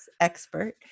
expert